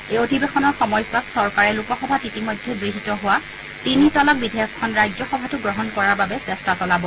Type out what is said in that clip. এই অধিৱেশনৰ সময়ছোৱাত চৰকাৰে লোকসভাত ইতিমধ্যে গৃহীত হোৱা তিনি তালাক বিধেয়কখন ৰাজ্যসভাতো গ্ৰহণ কৰাৰ বাবে চেষ্টা চলাব